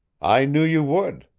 i knew you would,